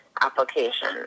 application